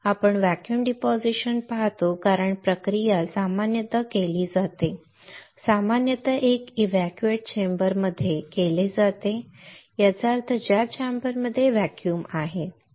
आपण vacuum deposition पाहतो कारण प्रक्रिया सामान्यतः केली जाते सामान्यतः एक इव्हॅक्यूएट चेंबर मध्ये केले जाते याचा अर्थ ज्या चेंबरमध्ये व्हॅक्यूम आहे